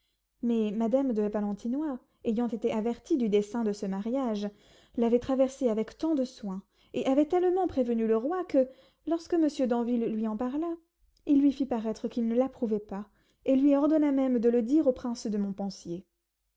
mais madame de valentinois ayant été avertie du dessein de ce mariage l'avait traversé avec tant de soin et avait tellement prévenu le roi que lorsque monsieur d'anville lui en parla il lui fit paraître qu'il ne l'approuvait pas et lui ordonna même de le dire au prince de